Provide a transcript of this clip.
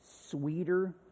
sweeter